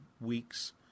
weeks